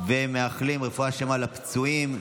מאחלים רפואה שלמה לפצועים.